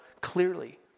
clearly